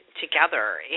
together